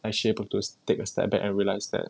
actually able to take a step back and realise that